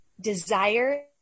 desire